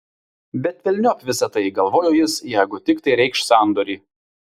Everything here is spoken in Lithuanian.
bet velniop visa tai galvojo jis jeigu tik tai reikš sandorį